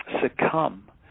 succumb